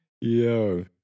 Yo